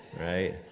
right